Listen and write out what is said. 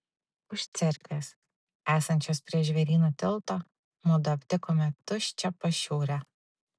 už cerkvės esančios prie žvėryno tilto mudu aptikome tuščią pašiūrę